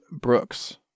Brooks